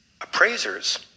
appraisers